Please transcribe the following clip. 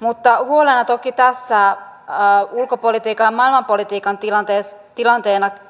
mutta huolena toki tässä ulkopolitiikan ja maailmanpolitiikan